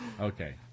Okay